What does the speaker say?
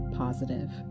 positive